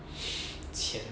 钱